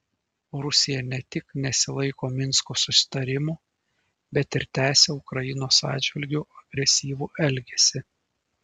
rusija ne tik nesilaiko minsko susitarimų bet ir tęsia ukrainos atžvilgiu agresyvų elgesį